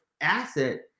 asset